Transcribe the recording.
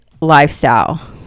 lifestyle